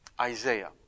Isaiah